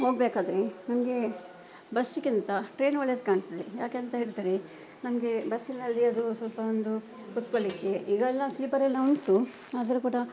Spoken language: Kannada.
ಹೋಗಬೇಕಾದ್ರೆ ನಮಗೆ ಬಸ್ಗಿಂತ ಟ್ರೈನ್ ಒಳ್ಳೇದು ಕಾಣ್ತದೆ ಯಾಕಂತ ಹೇಳಿದರೆ ನನಗೆ ಬಸ್ಸಿನಲ್ಲಿ ಅದೂ ಸ್ವಲ್ಪ ಒಂದು ಕೂತ್ಕೊಳ್ಳಿಕ್ಕೆ ಈಗೆಲ್ಲ ಸ್ಲೀಪರೆಲ್ಲ ಉಂಟು ಆದರು ಕೂಡ